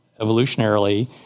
evolutionarily